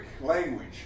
language